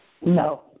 No